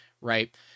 right